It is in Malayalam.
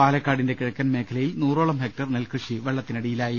പാല ക്കാടിന്റെ കിഴക്കൻ മേഖലയിൽ നൂറോളം ഹെക്ട്ർ നെൽകൃഷി വെള്ള ത്തിനടിയിലായി